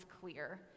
clear